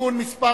(תיקון מס'